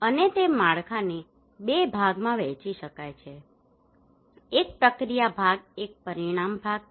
અને તે માળખાને બે ભાગમાં વહેંચી શકાય છે એક પ્રક્રિયા ભાગ એક પરિણામ ભાગ છે